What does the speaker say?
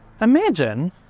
imagine